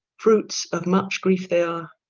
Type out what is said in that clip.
fruits of much griefe they are,